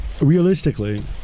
realistically